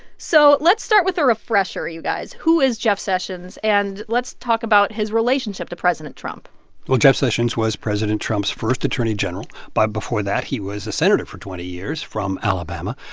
so let's start with a refresher, you guys. who is jeff sessions? and let's talk about his relationship to president trump well, jeff sessions was president trump's first attorney general. but before that, he was a senator for twenty years from alabama,